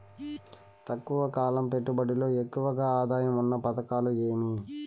తక్కువ కాలం పెట్టుబడిలో ఎక్కువగా ఆదాయం ఉన్న పథకాలు ఏమి?